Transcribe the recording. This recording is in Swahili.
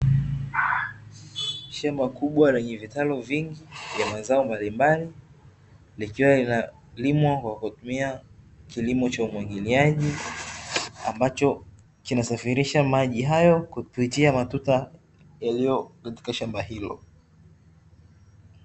Shamba kubwa la vitalu vingi vya mazao mbalimbali ikiwa linalimwa kwa kutumia kilimo cha umwagiliaji ambacho kinasafirisha maji hayo kupitia matuta yaliyo katika shamba hilo.